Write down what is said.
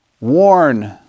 Warn